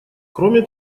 кроме